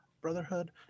Brotherhood